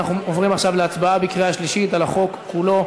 אנחנו עוברים עכשיו להצבעה בקריאה שלישית על החוק כולו.